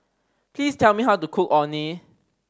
please tell me how to cook Orh Nee